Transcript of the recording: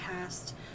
cast